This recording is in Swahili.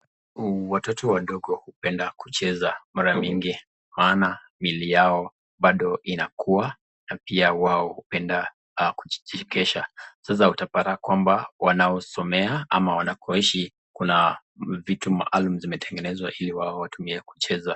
Watoto wadogi hupenda kucheza mara mingi kwa maana miili yao bado inakua na pia wao hupenda kujichekesha sasa utapata kwamba wanaosomea ama wanakoishi kuna vitu maalum zimetengenezwa ili watumie kucheza.